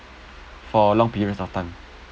for a long period of time